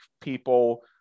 people